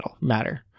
matter